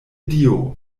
dio